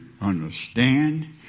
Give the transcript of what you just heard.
understand